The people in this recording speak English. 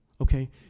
okay